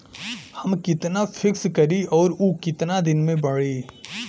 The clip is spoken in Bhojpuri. हम कितना फिक्स करी और ऊ कितना दिन में बड़ी?